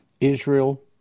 Israel